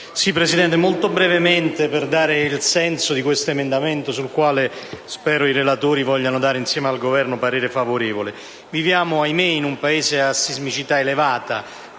Presidente, interverrò brevemente per dare il senso dell'emendamento 2.26, sul quale spero i relatori vogliano esprimere, insieme al Governo, parere favorevole. Viviamo, ahimè, in un Paese a sismicità elevata,